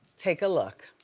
take a look.